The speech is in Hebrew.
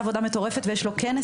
ויש לו כנס,